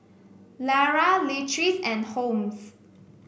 Lara Leatrice and Holmes